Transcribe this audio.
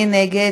מי נגד?